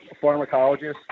pharmacologist